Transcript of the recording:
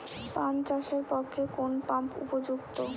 পান চাষের পক্ষে কোন পাম্প উপযুক্ত?